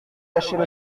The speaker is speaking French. cachaient